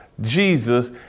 Jesus